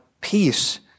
peace